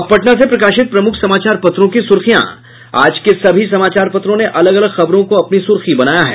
अब पटना से प्रकाशित प्रमुख समाचार पत्रों की सुर्खियां आज के सभी समाचार पत्रों ने अलग अलग खबरों को अपनी सुर्खी बनाया है